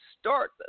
start